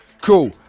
Cool